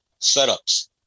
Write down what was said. setups